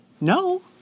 No